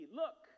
look